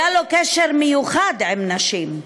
היה לו קשר מיוחד עם נשים,